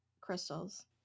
crystals